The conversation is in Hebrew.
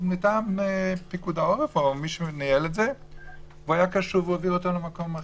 מטעם פיקוד העורף והוא היה קשוב והעביר אותה למקום אחר.